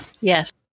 Yes